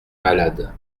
malade